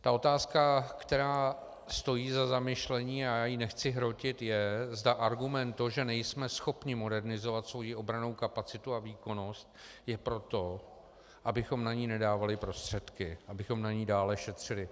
Ta otázka, která stojí za zamyšlení, a já ji nechci hrotit, je, zda argument, že nejsme schopni modernizovat svoji obrannou kapacitu a výkonnost, je proto, abychom na ni nedávali prostředky, abychom na ní dále šetřili.